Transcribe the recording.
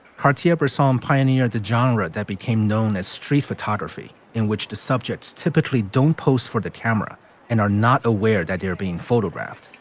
katia rahsaan um pioneered the genre that became known as street photography, in which the subjects typically don't pose for the camera and are not aware that they are being photographed.